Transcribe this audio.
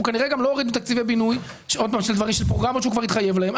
הוא כנראה גם לא הוריד בתקציבי בינוי שהוא התחייב להם.